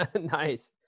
Nice